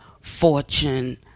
fortune